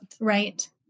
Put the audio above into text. Right